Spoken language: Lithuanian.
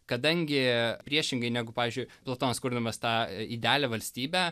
kadangi priešingai negu pavyzdžiui platonas kurdamas tą i idealią valstybę